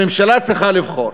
הממשלה צריכה לבחור: